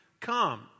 come